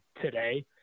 today